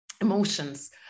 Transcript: emotions